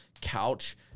couch